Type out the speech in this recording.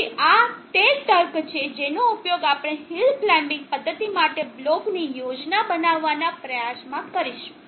તેથી આ તે તર્ક છે જેનો ઉપયોગ આપણે હિલ ક્લાઇમ્બીંગ પદ્ધતિ માટે બ્લોકની યોજના બનાવવાના પ્રયાસ કરીશું